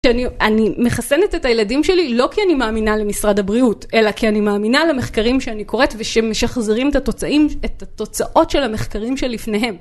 תנו-אני, מחסנת את הילדים שלי לא כי אני מאמינה למשרד הבריאות, אלא כי אני מאמינה למחקרים שאני קוראת ושמשחזרים את התוצאים ש-את התוצאות של המחקרים שלפניהם.